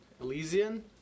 Elysian